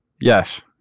Yes